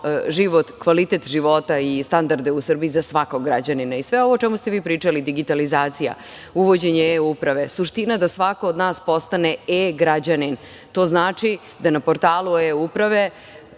život, kvalitet života i standarde u Srbiji za svakog građanina. Sve ovo o čemu ste vi pričali, digitalizacija, uvođenje e-uprave, suština je da svako od nas postane e-građanin. To znači da na portalu e-uprave